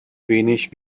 wenig